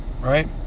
Right